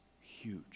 huge